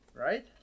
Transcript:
Right